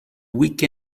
week